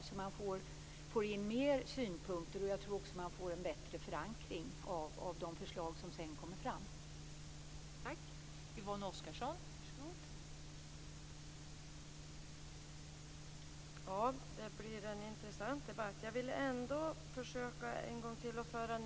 Då kommer det in fler synpunkter, och då blir det en bättre förankring av de förslag som sedan tas fram.